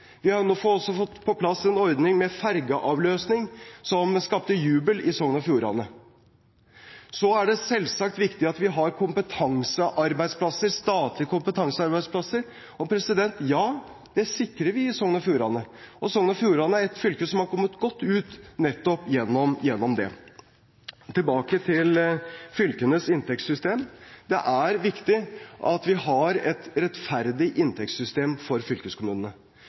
Vi har nå også fått på plass en ordning med fergeavløsning, som skapte jubel i Sogn og Fjordane. Så er det selvsagt viktig at vi har kompetansearbeidsplasser, statlige kompetansearbeidsplasser, og ja, det sikrer vi i Sogn og Fjordane. Og Sogn og Fjordane er et fylke som har kommet godt ut nettopp gjennom det. Tilbake til fylkenes inntektssystem: Det er viktig at vi har et rettferdig inntektssystem for fylkeskommunene.